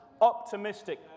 optimistic